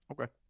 Okay